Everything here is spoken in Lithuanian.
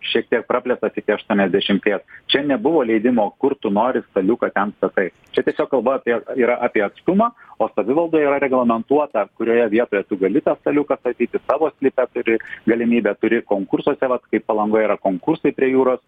šiek tiek praplėstas iki aštuoniasdešimties čia nebuvo leidimo kur tu nori staliuką ten statai čia tiesiog kalba apie yra apie atstumą o savivaldoj yra reglamentuota kurioje vietoje tu gali tą staliuką stayti savo sklype turi galimybę turi konkursuose vat kai palangoj yra konkursai prie jūros